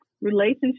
Relationship